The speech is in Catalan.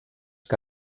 que